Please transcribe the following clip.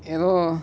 எதோ:etho